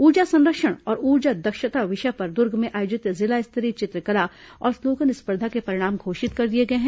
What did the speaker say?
ऊर्जा संरक्षण और ऊर्जा दक्षता विषय पर दुर्ग में आयोजित जिला स्तरीय चित्रकला और स्लोगन स्पर्धा के परिणाम घोषित कर दिए गए हैं